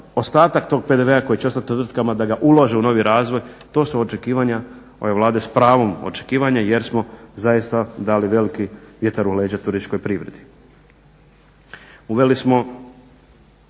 ostatak tog PDV-a koji će ostat tvrtkama da ga ulože u novi razvoj, to su očekivanja ove Vlade, s pravom očekivanja jer smo zaista dali veliki vjetar u leđa turističkoj privredi. Uveli smo